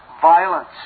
violence